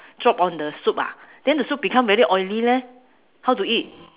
drop on the soup ah then the soup become very oily leh how to eat